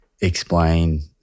explain